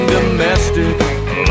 Domestic